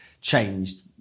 changed